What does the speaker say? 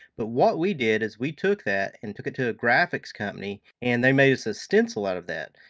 but what we did is we took that and took it to a graphics company and they made us a stencil out of that.